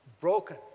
broken